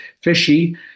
fishy